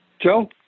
Joe